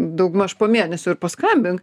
daugmaž po mėnesio ir paskambink